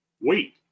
Wait